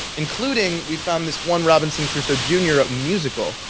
including we found this one robinson crusoe genre musical.